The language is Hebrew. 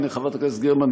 הנה חברת הכנסת גרמן,